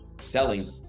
selling